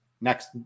next